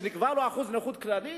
שנקבע לו אחוז נכות כללית,